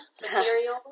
material